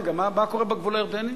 רגע, מה קורה בגבול הירדני?